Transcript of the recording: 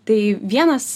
tai vienas